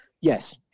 yes